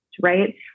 right